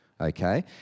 Okay